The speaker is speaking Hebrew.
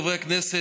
חברי הכנסת,